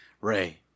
Ray